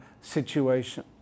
situation